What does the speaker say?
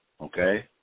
okay